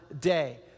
day